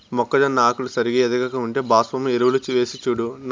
మొక్కజొన్న ఆకులు సరిగా ఎదగక ఉంటే భాస్వరం ఎరువులు వేసిచూడు